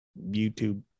youtube